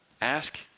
Ask